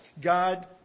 God